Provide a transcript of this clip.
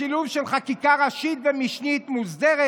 בשילוב של חקיקה ראשית ומשנית מוסדרת,